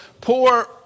poor